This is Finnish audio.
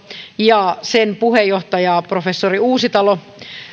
ja sen puheenjohtaja professori